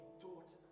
daughter